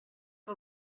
que